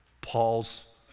Paul's